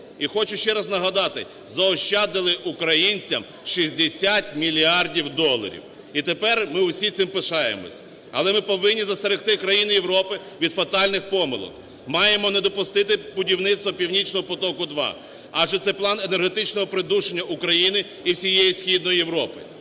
І хочу ще раз нагадати, заощадили українцям 60 мільярдів доларів. І тепер ми усім цим пишаємось. Але ми повинні застерегти країни Європи від фатальних помилок, маємо не допустити будівництва "Північного потоку-2", адже це план енергетичного придушення Україна і всієї Східної Європи.